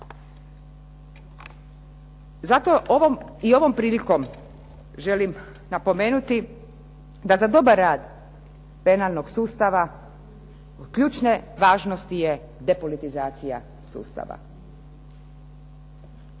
Zato i ovom prilikom želim napomenuti, da za dobar rad penalnog sustava ključne važnosti je depolitizacija sustava.